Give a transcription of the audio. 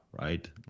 right